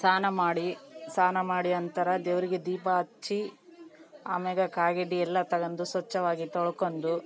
ಸ್ನಾನ ಮಾಡಿ ಸ್ನಾನ ಮಾಡಿ ಅಂತರ ದೇವರಿಗೆ ದೀಪ ಹಚ್ಚಿ ಆಮೇಲೆ ಕಾಯಿಗೆಡ್ಡೆ ಎಲ್ಲ ತಗೊಂಡು ಸ್ವಚ್ಛವಾಗಿ ತೊಳ್ಕೊಂಡು